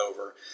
over